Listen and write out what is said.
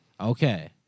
Okay